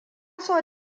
so